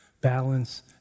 Balance